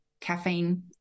caffeine